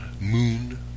moon